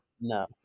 no